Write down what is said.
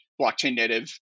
blockchain-native